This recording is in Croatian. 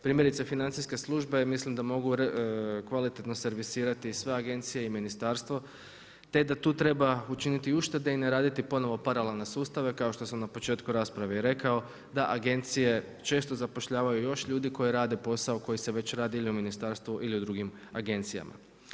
Primjerice, financijska služba je mislim da mogu kvalitetno servisirati sve agencije i ministarstvo te da tu treba učiniti uštede i ne raditi ponovno paralelne sustave kao što sam na početku rasprave i rekao, da agencije često zapošljavaju još ljudi koji rade posao koji su već radili u ministarstvu ili u drugim agencijama.